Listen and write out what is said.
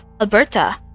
alberta